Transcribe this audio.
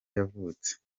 yavutse